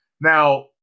Now